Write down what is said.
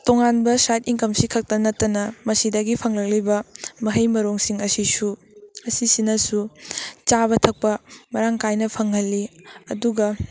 ꯇꯣꯉꯥꯟꯕ ꯁꯥꯏꯠ ꯏꯟꯀꯝꯁꯤ ꯈꯛꯇ ꯅꯠꯇꯅ ꯃꯁꯤꯗꯒꯤ ꯐꯪꯂꯛꯂꯤꯕ ꯃꯍꯩ ꯃꯔꯣꯡꯁꯤꯡ ꯑꯁꯤꯁꯨ ꯑꯁꯤꯁꯤꯅꯁꯨ ꯆꯥꯕ ꯊꯛꯄ ꯃꯔꯥꯡ ꯀꯥꯏꯅ ꯐꯪꯍꯜꯂꯤ ꯑꯗꯨꯒ